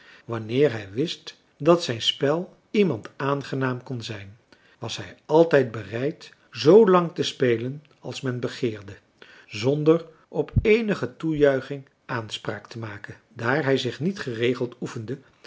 wanneer hij wist dat zijn spel iemand aangenaam kon zijn was hij altijd bereid zoo marcellus emants een drietal novellen lang te spelen als men begeerde zonder op eenige toejuiching aanspraaktemaken daar hij zich niet geregeld